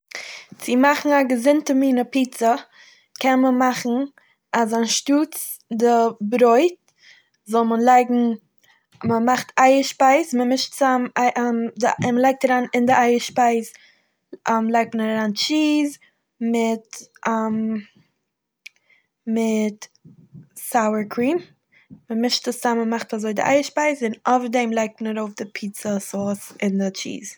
צו מאכן א געזונטע מינע פיצא קען מען מאכן אז אנשטאטס די ברויט זאל מען לייגן מ'מאכט אייער שפייז מ'מישט צוזאם און מ'לייגט אריין אין די אייער שפייז לייגט מען אריין טשיז מיט מיט סאוער קריעם, מ'מישט עס צוזאם, מ'מאכט אזוי די אייער שפייז און אויף דעם לייגט מען ארויף די פיצא סאוס און די טשיז.